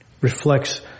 reflects